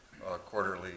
quarterly